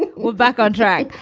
and we're back on track.